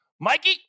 Mikey